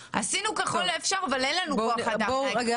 עשינו ככל האפשר אבל אין לנו כוח אדם שיכול לעזור לך.